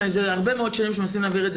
הרבה מאוד שנים שמנסים להעביר את זה